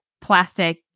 plastic